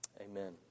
amen